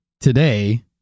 today